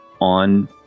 on